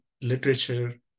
literature